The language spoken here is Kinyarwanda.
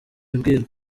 abwira